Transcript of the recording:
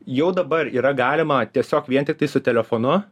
jau dabar yra galima tiesiog vien tiktai su telefonu